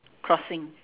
crossing